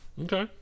Okay